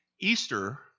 Easter